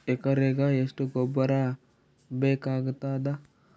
ಎಕರೆಗ ಎಷ್ಟು ಗೊಬ್ಬರ ಬೇಕಾಗತಾದ?